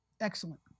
Excellent